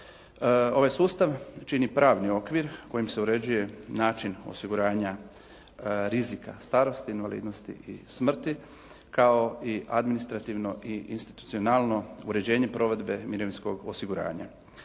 Ovaj sustav čini pravni okvir kojim se uređuje način osiguranja rizika starosti invalidnosti smrti, kao i administrativno i institucionalno uređenje provedbe mirovinskog osiguranja.